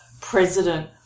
president